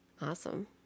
Awesome